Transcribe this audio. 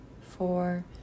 four